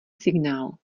signál